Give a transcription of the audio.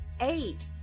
eight